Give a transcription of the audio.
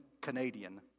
Canadian